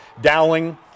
Dowling